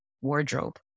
wardrobe